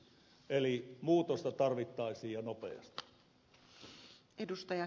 eli muutosta tarvittaisiin ja nopeasti